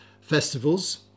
festivals